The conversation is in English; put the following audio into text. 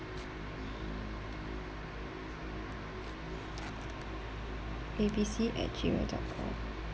abc at gmail dot com